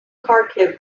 kharkiv